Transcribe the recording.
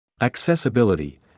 Accessibility